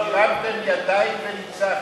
הרמתם ידיים וניצחתם.